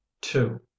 Two